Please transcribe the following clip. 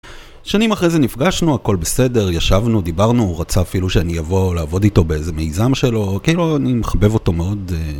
שנים אחרי זה נפגשנו, הכל בסדר, ישבנו, דיברנו, הוא רצה אפילו שאני אבוא לעבוד איתו באיזה מיזם שלו, כאילו אני מחבב אותו מאוד.